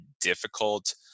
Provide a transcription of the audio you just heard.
difficult